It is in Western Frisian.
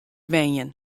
wenjen